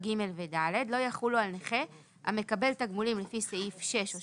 7(ג)ו-(ד) לא יחולו על נכה המקבל תגמולים לפי סעיף 6 או